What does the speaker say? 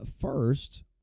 First